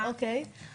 באחריות משרד הפנים,